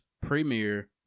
premiere